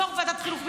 יו"ר ועדת החינוך,